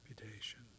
reputation